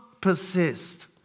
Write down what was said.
persist